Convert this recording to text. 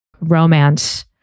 romance